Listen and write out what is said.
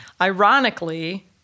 ironically